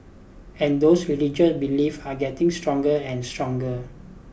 and those belief are getting stronger and stronger